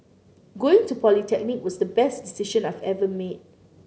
going to polytechnic was the best decision I've ever made